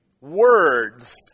words